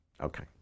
Okay